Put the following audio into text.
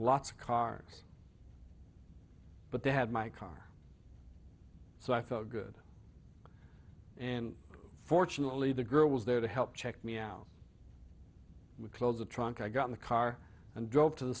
lots of cars but they had my car so i felt good and fortunately the girl was there to help check me out we closed the trunk i got in the car and drove t